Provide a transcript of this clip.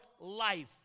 life